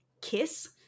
Kiss